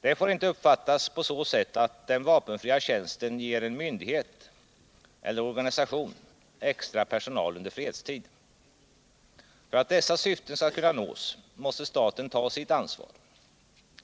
Det får inte uppfattas på så sätt att den vapenfria tjänsten ger en myndighet eller organisation extra personal under fredstid. För att dessa syften skall kunna nås måste staten ta sitt ansvar.